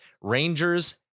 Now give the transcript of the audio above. Rangers